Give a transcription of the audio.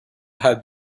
had